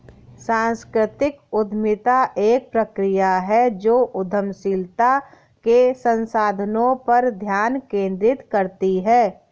सांस्कृतिक उद्यमिता एक प्रक्रिया है जो उद्यमशीलता के संसाधनों पर ध्यान केंद्रित करती है